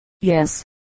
Yes